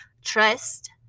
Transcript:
Trust